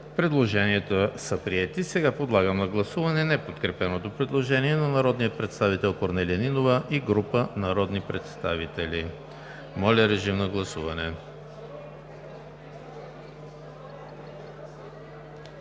Предложенията са приети. Подлагам на гласуване неподкрепеното предложение на народния представител Корнелия Нинова и група народни представители. Гласували